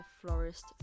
florist